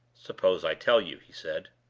suppose i tell you? he said.